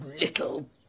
little